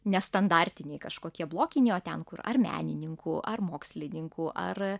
ne standartiniai kažkokie blokiniai o ten kur ar menininkų ar mokslininkų ar